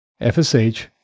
FSH